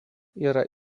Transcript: yra